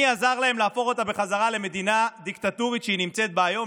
מי עזר להם להפוך אותה בחזרה למדינה הדיקטטורית שהיא נמצאת בה היום,